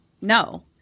No